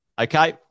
okay